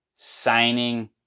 Signing